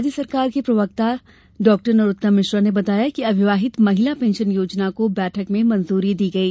राज्य सरकार के प्रवक्ता डॉ नरोत्तम मिश्र ने बताया कि अविवाहित महिला पेंशन योजना को बैठक में मंजूरी दी गई